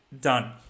done